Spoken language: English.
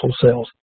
cells